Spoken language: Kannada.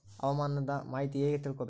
ಹವಾಮಾನದ ಮಾಹಿತಿ ಹೇಗೆ ತಿಳಕೊಬೇಕು?